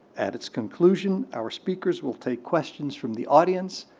at its conclusion, our speakers will take questions from the audience,